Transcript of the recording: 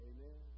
Amen